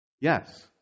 Yes